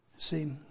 See